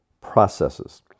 processes